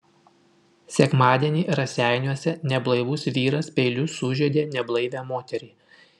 sekmadienį raseiniuose neblaivus vyras peiliu sužeidė neblaivią moterį